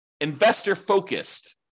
investor-focused